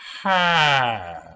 Ha